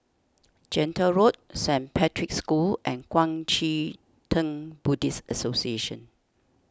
Gentle Road Saint Patrick's School and Kuang Chee Tng Buddhist Association